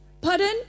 pardon